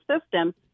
system